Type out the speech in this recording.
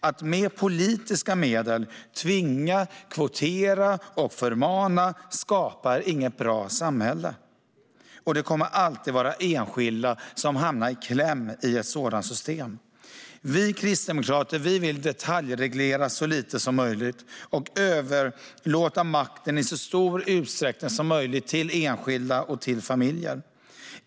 Att med politiska medel tvinga, kvotera och förmana skapar inget bra samhälle, och det kommer alltid att vara enskilda som hamnar i kläm i ett sådant system. Vi kristdemokrater vill detaljreglera så lite som möjligt och i så stor utsträckning som möjligt överlåta makten till enskilda och till familjer.